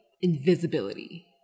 invisibility